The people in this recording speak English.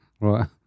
Right